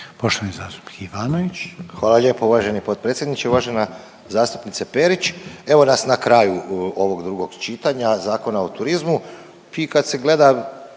**Ivanović, Goran (HDZ)** Hvala lijepo uvaženi potpredsjedniče. Uvažena zastupnice Perić, evo nas na kraju ovog drugog čitanja Zakona o turizmu.